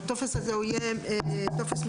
הטופס הזה יהיה מקוון?